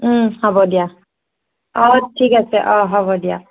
হ'ব দিয়া অ ঠিক আছে অ হ'ব দিয়া